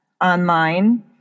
online